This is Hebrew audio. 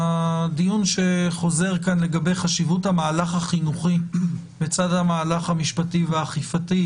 הדיון שחוזר כאן לגבי חשיבות המהלך החינוכי לצד המהלך המשפטי והאכיפתי